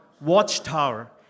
watchtower